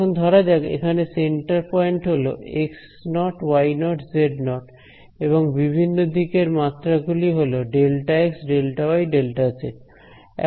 এখন ধরা যাক এখানে সেন্টার পয়েন্ট হল x0 y0 z0 এবং বিভিন্ন দিকে এর মাত্রা গুলি হল Δx Δy Δz